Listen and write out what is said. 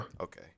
Okay